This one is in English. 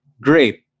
Great